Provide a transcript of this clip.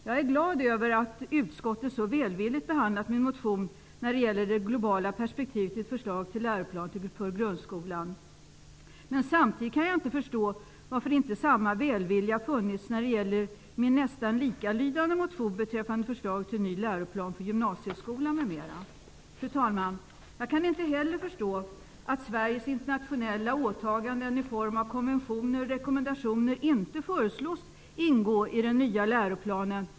Jag är glad över att utskottet så välvilligt behandlat min motion när det gäller det globala perspektivet i förslaget till läroplan för grundskolan. Men samtidigt kan jag inte förstå varför inte samma välvilja funnits när det gäller min nästan likalydande motion beträffande förslaget till Fru talman! Jag kan inte heller förstå att Sveriges internationella åtaganden i form av konventioner och rekommendationer inte föreslås ingå i den nya läroplanen.